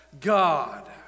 God